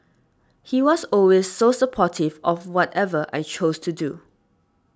he was always so supportive of whatever I chose to do